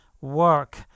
work